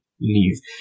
leave